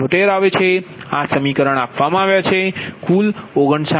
આ બધા સમીકરણ આપવામાં આવ્યા છે કુલ 59